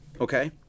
okay